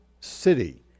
city